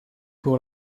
pour